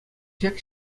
ҫак